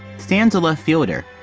stan's a left fielder.